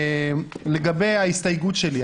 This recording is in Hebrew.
לגבי ההסתייגות שלי,